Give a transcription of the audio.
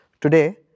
Today